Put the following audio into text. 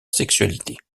sexualité